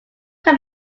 can